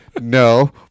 No